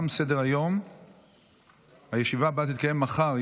שישה בעד, אין מתנגדים,